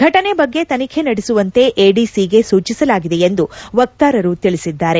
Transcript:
ಫೆಟನೆ ಬಗ್ಗೆ ತನಿಖೆ ನಡೆಸುವಂತೆ ಎಡಿಸಿಗೆ ಸೂಚಿಸಲಾಗಿದೆ ಎಂದು ವಕ್ತಾರರು ತಿಳಿಸಿದ್ದಾರೆ